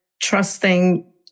trusting